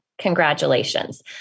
congratulations